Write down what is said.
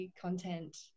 content